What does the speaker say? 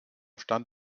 stand